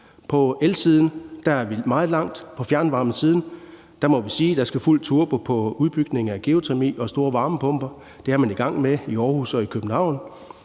På elsiden er vi meget langt, på fjernvarmesiden må vi sige der skal fuld turbo på udbygning af geotermi og store varmepumper. Det er man i gang med i Aarhus og i København.